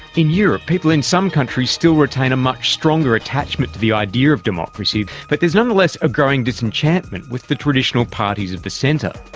in europe, people in some countries still retain a much stronger attachment to the idea of democracy, but there is nonetheless a growing disenchantment with the traditional parties of the centre.